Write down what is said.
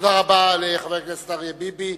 תודה רבה לחבר הכנסת אריה ביבי.